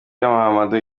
mahamadou